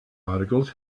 articles